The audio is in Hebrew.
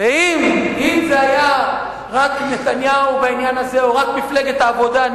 זה היה רק נתניהו בעניין הזה או רק מפלגת העבודה,